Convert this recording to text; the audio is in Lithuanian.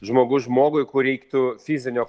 žmogus žmogui kur reiktų fizinio